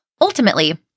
ultimately